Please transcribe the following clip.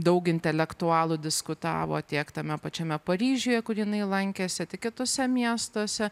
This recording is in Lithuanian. daug intelektualų diskutavo tiek tame pačiame paryžiuje kur jinai lankėsi tiek kituose miestuose